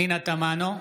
פנינה תמנו,